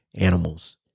animals